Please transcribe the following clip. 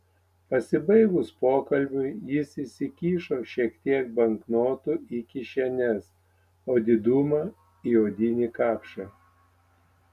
pasibaigus pokalbiui jis įsikišo šiek tiek banknotų į kišenes o didumą į odinį kapšą